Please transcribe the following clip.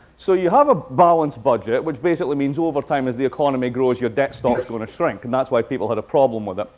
so you have a balanced budget, which basically means over time, as the economy grows, your debt stock is going to shrink. and that's why people had a problem with it.